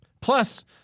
Plus